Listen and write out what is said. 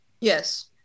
Yes